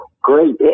great